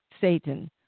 Satan